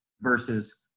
versus